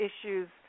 issues